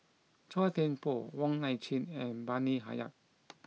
Chua Thian Poh Wong Nai Chin and Bani Haykal